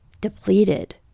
depleted